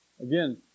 again